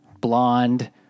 blonde